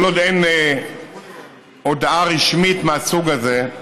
כל עוד אין הודעה רשמית מהסוג הזה,